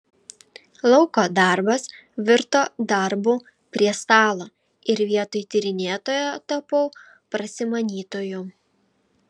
lauko darbas virto darbu prie stalo ir vietoj tyrinėtojo tapau prasimanytoju